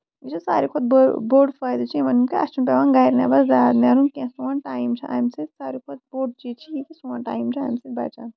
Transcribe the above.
وٕچھو ساروی کھۄتہٕ بوٚڑ فٲیدٕ چھُ یِمن اَسہِ چھُنہٕ پیوان گرِ نیبر زیادٕ نیرُن کیٚنٛہہ سون ٹایم چھُ اَمہِ سۭتۍ ساروی کھۄتہٕ بوٚڑ چیٖز چھُ سون ٹایم چھُ اَمہِ سۭتۍ بَچان